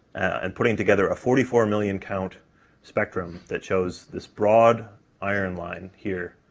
and putting together a forty four million count spectrum that shows this broad iron line here,